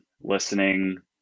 listening